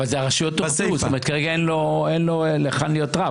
כרגע אין לו היכן להיות רב.